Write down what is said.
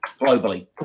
globally